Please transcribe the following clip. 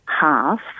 half